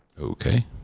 Okay